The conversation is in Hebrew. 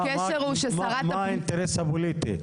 מה האינטרס הפוליטי?